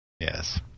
yes